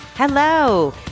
Hello